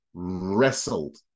wrestled